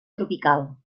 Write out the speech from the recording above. tropical